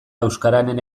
euskararen